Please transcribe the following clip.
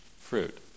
fruit